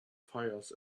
fires